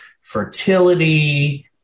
fertility